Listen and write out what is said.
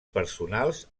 personals